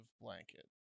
blanket